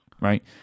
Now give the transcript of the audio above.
Right